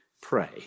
pray